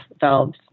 valves